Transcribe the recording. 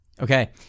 Okay